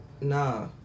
Nah